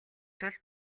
тул